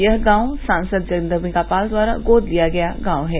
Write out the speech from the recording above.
यह गांव सांसद जगदम्बिका पाल द्वारा गोद लिया गया गांव है